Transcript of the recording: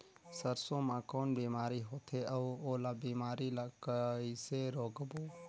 सरसो मा कौन बीमारी होथे अउ ओला बीमारी ला कइसे रोकबो?